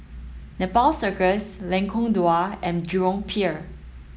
Nepal Circus Lengkong Dua and Jurong Pier